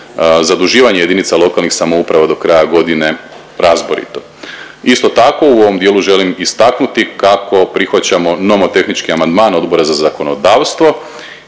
zaduživanje JLS do kraja godine razborito. Isto tako u ovom dijelu želim istaknuti kako prihvaćamo nomotehnički amandman Odbora za zakonodavstvo